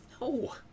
No